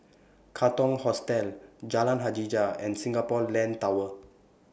Katong Hostel Jalan Hajijah and Singapore Land Tower